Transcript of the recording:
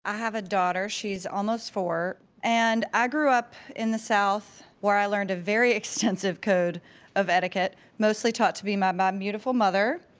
i have a daughter, she's almost four. and i grew up in the south where i learned a very extensive code of etiquette, mostly taught to me by my beautiful mother,